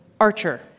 Archer